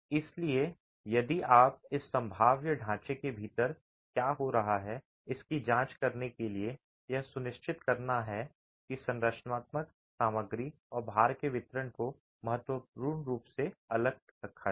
इसलिए यदि आप इस संभाव्य ढांचे के भीतर क्या हो रहा है इसकी जांच करने के लिए यह सुनिश्चित करना है कि संरचनात्मक सामग्री और भार के वितरण को महत्वपूर्ण रूप से अलग रखा जाए